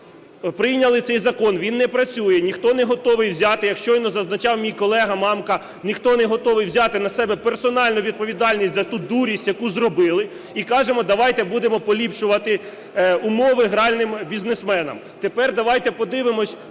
Прийняли цей закон. Він не працює. Ніхто не готовий взяти, як щойно зазначав мій колега Мамка, ніхто не готовий взяти на себе персональну відповідальність за ту дурість, яку зробили, і кажемо, давайте будемо поліпшувати умови гральним бізнесменам. Тепер давайте подивимось